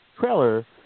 trailer